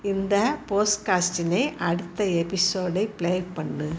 இந்த போஸ்ட்காஸ்டின் அடுத்த எபிசோடை ப்ளே பண்ணு